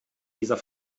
dieser